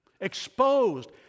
exposed